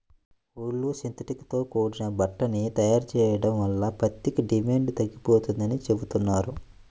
ఊలు, synthetic తో కూడా బట్టని తయారు చెయ్యడం వల్ల పత్తికి డిమాండు తగ్గిపోతందని చెబుతున్నారు